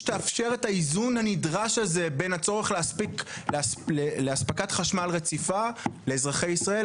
שתאפשר את האיזון הנדרש הזה בין הצורך לאספקת חשמל רציפה לאזרחי ישראל,